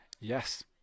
Yes